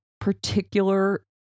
particular